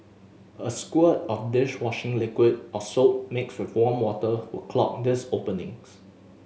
a squirt of dish washing liquid or soap mixed with warm water will clog these openings